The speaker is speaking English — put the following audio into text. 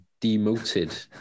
demoted